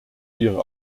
ihre